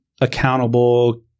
accountable